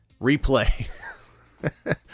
replay